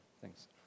Thanks